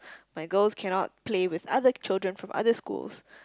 my girls cannot play with other children from other schools